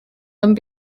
ond